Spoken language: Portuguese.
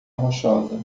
rochosa